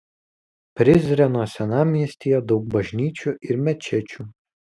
prizreno senamiestyje daug bažnyčių ir mečečių